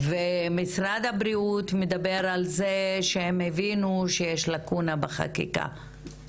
ומשרד הבריאות מדבר על זה שהם הבינו שיש לקונה בחקיקה,